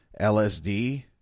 LSD